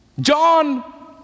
John